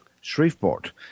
Shreveport –